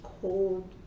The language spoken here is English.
cold